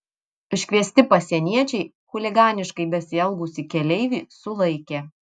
iškviesti pasieniečiai chuliganiškai besielgusį keleivį sulaikė